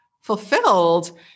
fulfilled